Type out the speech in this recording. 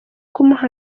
kumuha